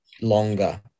longer